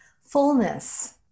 fullness